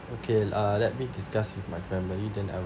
okay uh let me discuss with my family than I will